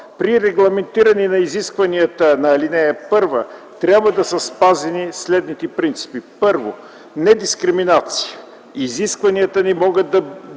При регламентиране на изискванията на ал. 1 трябва да са спазени следните принципи: 1. недискриминация – изискванията не могат да